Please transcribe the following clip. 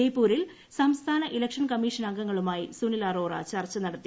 ജയ്പൂരിൽ സംസ്ഥാന election commission അംഗങ്ങളുമായി സുനിൽ അറോറ ചർച്ച നടത്തി